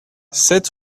sept